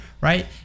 Right